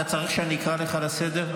אתה צריך שאני אקרא אותך לסדר?